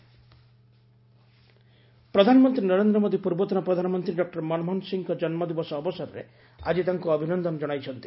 ମୋଦୀ ମନମୋହନ ସିଂ ପ୍ରଧାନମନ୍ତ୍ରୀ ନରେନ୍ଦ୍ର ମୋଦୀ ପୂର୍ବତନ ପ୍ରଧାନମନ୍ତ୍ରୀ ଡକ୍ଟର ମନମୋହନ ସିଂଙ୍କ ଜନ୍ମଦିବସ ଅବସରରେ ଆଜି ତାଙ୍କୁ ଅଭିନନ୍ଦନ ଜଣାଇଛନ୍ତି